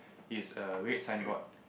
is a red sign board